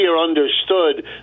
understood